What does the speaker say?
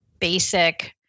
basic